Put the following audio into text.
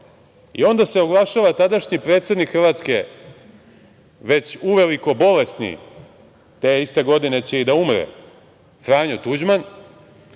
i ona se oglašava tadašnji predsednik Hrvatske, već uveliko bolesni, te iste godine će i da umre, Franjo Tuđman,